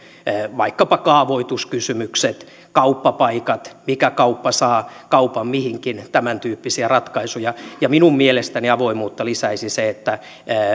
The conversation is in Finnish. vaikkapa kaavoituskysymyksissä kauppapaikoissa mikä kauppa saa kaupan mihinkin ja tämäntyyppisiä ratkaisuja minun mielestäni avoimuutta lisäisi se että